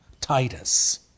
Titus